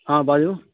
हँ बाजू